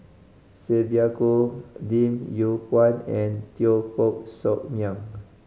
Sylvia Kho Lim Yew Kuan and Teo Koh Sock Miang